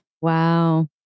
Wow